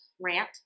rant